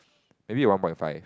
maybe you one point five